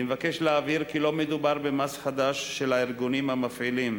אני מבקש להבהיר כי לא מדובר במס חדש של הארגונים המפעילים